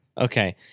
Okay